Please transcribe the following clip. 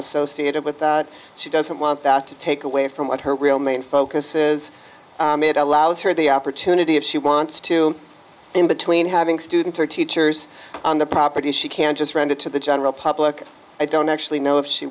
associated with it she doesn't want that to take away from what her real main focus is made allows her the opportunity if she wants to in between having students or teachers on the property she can just rent it to the general public i don't actually know if she